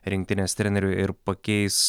rinktinės treneriu ir pakeis